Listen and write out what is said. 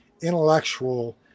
intellectual